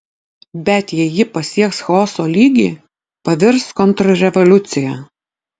bet jei ji pasieks chaoso lygį pavirs kontrrevoliucija